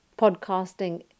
podcasting